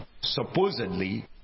supposedly